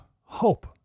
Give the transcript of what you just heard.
hope